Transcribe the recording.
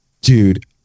Dude